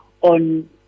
on